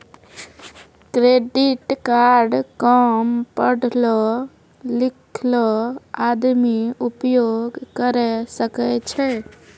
Credit card काम पढलो लिखलो आदमी उपयोग करे सकय छै?